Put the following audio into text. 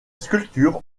structures